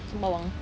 sembawang